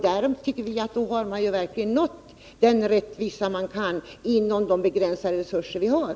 Därmed tycker vi att man nått den rättvisa som är möjlig att nå inom de begränsade resurser vi har.